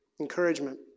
encouragement